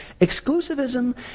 exclusivism